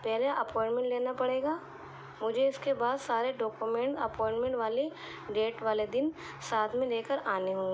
پہلے اپائنمنٹ لینا پڑے گا مجھے اس کے بعد سارے ڈاکومینٹ اپوائنمنٹ والی ڈیٹ والے دن ساتھ میں لے کر آنے ہوں گے